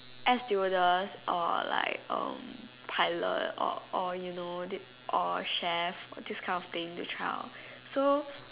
air stewardess or like um pilot or or you know the or chef this kind of thing to trial so